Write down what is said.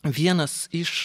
vienas iš